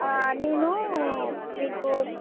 నేను మీకు